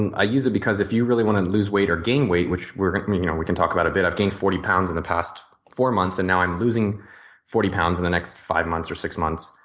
and i use it because if you really want to lose weight or gain weight, which you know we can talk about it a bit. i've gained forty pounds in the past four months and now i'm losing forty pounds in the next five months or six months.